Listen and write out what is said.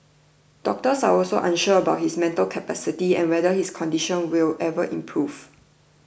doctors are also unsure about his mental capacity and whether his condition will ever improve